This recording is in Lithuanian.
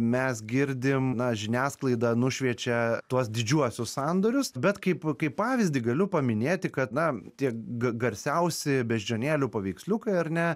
mes girdim na žiniasklaida nušviečia tuos didžiuosius sandorius bet kaip kaip pavyzdį galiu paminėti kad na tie g garsiausi beždžionėlių paveiksliuką ar ne